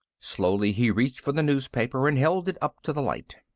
slowly, he reached for the newspaper and held it up to the light.